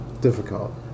difficult